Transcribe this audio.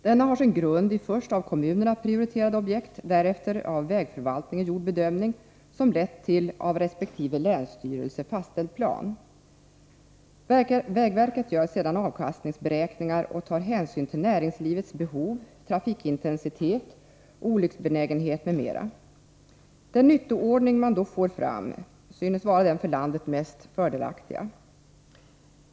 Denna har sin grund i först av kommunerna prioriterade objekt, därefter av vägförvaltningen gjord bedömning, som sedan lett till av resp. länsstyrelse fastställd plan. Vägverket gör sedan avkastningsberäkningar och tar då hänsyn till näringslivets behov, trafikintensitet, olycksbenägenhet m.m. Den nyttoordning man då får fram synes vara den för landet mest fördelaktiga.